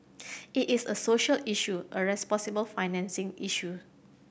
it is a social issue a responsible financing issue